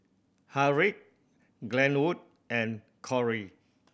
Harriett Glenwood and Corey